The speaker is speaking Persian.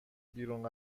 بیرون